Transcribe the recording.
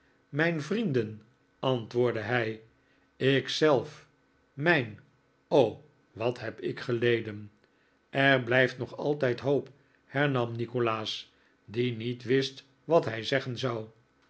mijn vrienden antwoordde hij ik zelf mijn o wat heb ik geleden er blijft nog altijd hoop hernam nikolaas die niet wist wat hij zeggen zou